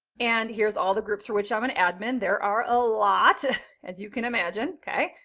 and here's all the groups for which i'm an admin. there are a lot as you can imagine, okay?